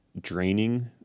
draining